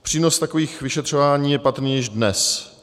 Přínos takových vyšetřování je patrný již dnes.